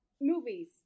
movies